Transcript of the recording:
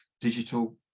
digital